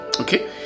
Okay